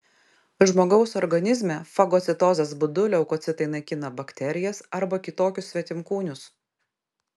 žmogaus organizme fagocitozės būdu leukocitai naikina bakterijas arba kitokius svetimkūnius